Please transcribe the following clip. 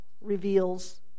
reveals